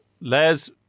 les